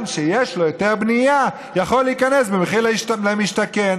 שיש לו היתר בנייה יכול להיכנס במחיר למשתכן,